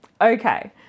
Okay